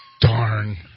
Darn